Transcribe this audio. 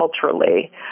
culturally